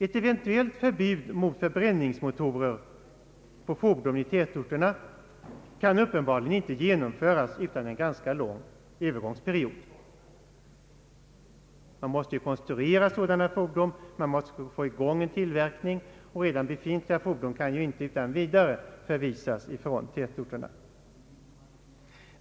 Ett eventuellt förbud mot förbränningsmotorer på fordon i tätorterna kan uppenbarligen inte genomföras utan en ganska lång övergångsperiod. Man måste konstruera eldrivna fordon, man måste få i gång tillverkningen, och redan befintliga fordon kan inte utan vidare förvisas från tät orterna.